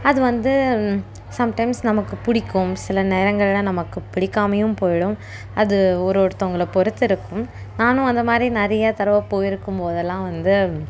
அது வந்து சம்டைம்ஸ் நமக்கு பிடிக்கும் சில நேரங்களில் நமக்கு பிடிக்காமையும் போயிடும் அது ஒரு ஒருத்தங்கள பொறுத்து இருக்கும் நானும் அந்த மாதிரி நிறைய தடவை போயிருக்கும் போதெல்லாம் வந்து